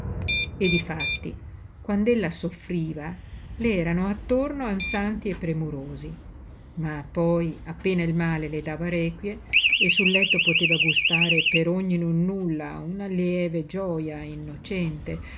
e difatti quand'ella soffriva le erano attorno ansanti e premurosi ma poi appena il male le dava requie e sul letto poteva gustare per ogni nonnulla una lieve gioja innocente